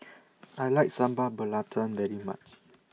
I like Sambal Belacan very much